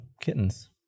kittens